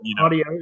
audio